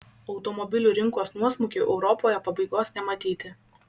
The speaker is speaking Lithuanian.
automobilių rinkos nuosmukiui europoje pabaigos nematyti